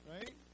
Right